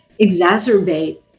exacerbate